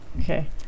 Okay